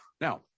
Now